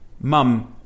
Mum